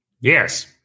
Yes